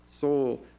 soul